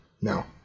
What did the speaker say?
no